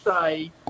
say